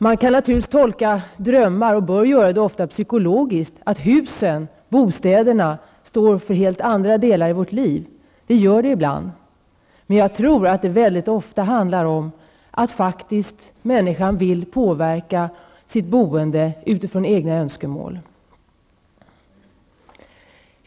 Man kan naturligtvis tolka drömmar, och bör göra det, psykologiskt, att husen, bostäderna, står för helt andra delar i vårt liv. Det gör de ibland. Men jag tror att det mycket ofta handlar om att människan faktiskt vill påverka sitt boende utifrån egna önskemål.